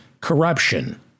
corruption